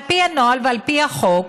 על פי הנוהל ועל פי החוק,